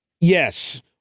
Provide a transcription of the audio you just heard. yes